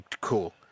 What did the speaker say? cool